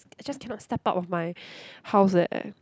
I just cannot step out of my house eh